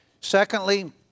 Secondly